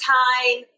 time